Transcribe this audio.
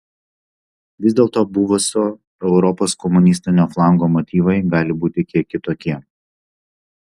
vis dėlto buvusio europos komunistinio flango motyvai gali būti kiek kitokie